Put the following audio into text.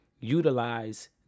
utilize